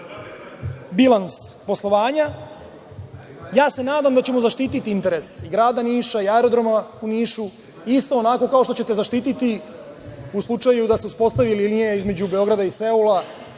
bilans poslovanja. Ja se nadam da ćemo zaštiti interes Grada Niša i Aerodroma u Nišu isto onako kao što ćete zaštiti u slučaju da se uspostavi linija između Beograda i Seula,